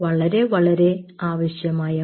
വളരെ വളരെ ആവശ്യമായവ